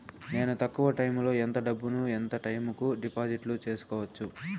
నేను తక్కువ టైములో ఎంత డబ్బును ఎంత టైము కు డిపాజిట్లు సేసుకోవచ్చు?